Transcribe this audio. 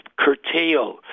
curtail